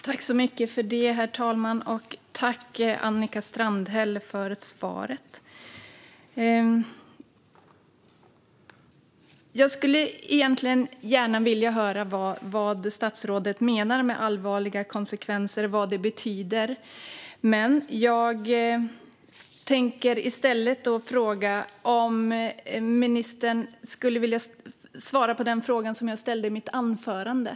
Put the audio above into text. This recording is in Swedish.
Herr talman! Tack, Annika Strandhäll, för svaret! Jag skulle egentligen gärna vilja höra vad statsrådet menar med allvarliga konsekvenser och vad det betyder. Men jag tänker i stället fråga om ministern skulle vilja svara på den fråga som jag ställde i mitt anförande.